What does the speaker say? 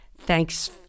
Thanks